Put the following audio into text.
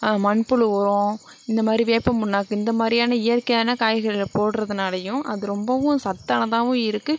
மண்புழு உரம் இந்த மாதிரி வேப்பம் புண்ணாக்குன்னு இந்த மாதிரியான இயற்கையான காய்கறிகளை போடுறதுனாலையும் அது ரொம்பவும் சத்தானதாகவும் இருக்கு